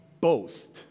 boast